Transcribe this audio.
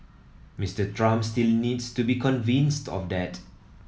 Mister Trump still needs to be convinced of that